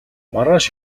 маргааш